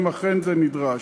אם אכן זה נדרש.